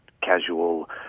casual